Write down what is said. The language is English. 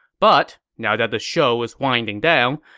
but, now that the show is winding down,